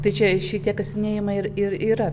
tai čia šitie kasinėjimai ir ir yra